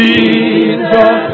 Jesus